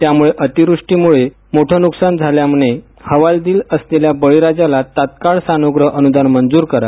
त्यामुळे अतिवृष्टी मुळे मोठं नुकसान झाल्यामुळे हवालदिल असलेल्या बळीराजाला तात्काळ सानुग्रह अनुदान मंजूर करा